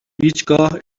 هیچگاه